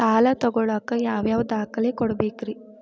ಸಾಲ ತೊಗೋಳಾಕ್ ಯಾವ ಯಾವ ದಾಖಲೆ ಕೊಡಬೇಕ್ರಿ?